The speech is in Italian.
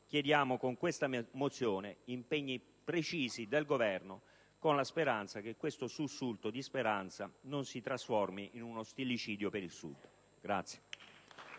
chiediamo, con questa mozione, impegni precisi del Governo, augurandoci che questo sussulto di speranza non si trasformi in uno stillicidio per il Sud.